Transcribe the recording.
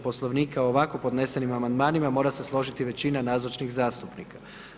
Poslovnika o ovako podnesenim amandmanima mora se složiti većina nazočnih zastupnika.